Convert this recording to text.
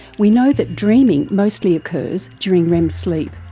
we know that dreaming mostly occurs during rem sleep,